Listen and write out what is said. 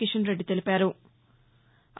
కిషన్ రెడ్డి తెలిపారు